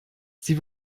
sie